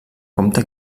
comte